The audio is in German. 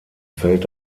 fällt